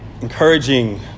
Encouraging